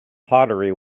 pottery